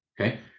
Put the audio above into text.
okay